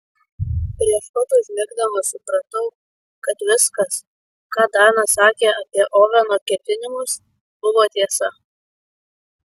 prieš pat užmigdamas supratau kad viskas ką danas sakė apie oveno ketinimus buvo tiesa